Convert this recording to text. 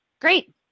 great